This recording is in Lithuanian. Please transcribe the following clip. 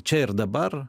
čia ir dabar